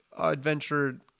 adventure